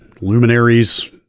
luminaries